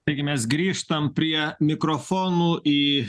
taigi mes grįžtam prie mikrofonų į